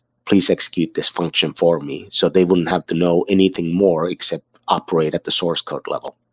please execute this function for me, so they wouldn't have to know anything more, except operate at the source code level.